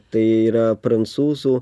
tai yra prancūzų